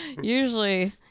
usually